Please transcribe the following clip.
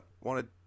wanted